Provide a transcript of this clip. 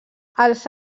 els